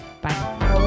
bye